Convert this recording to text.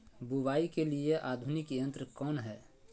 बुवाई के लिए आधुनिक यंत्र कौन हैय?